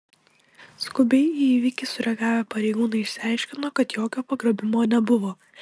skubiai į įvykį sureagavę pareigūnai išsiaiškino kad jokio pagrobimo nebuvo